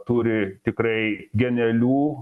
turi tikrai genialių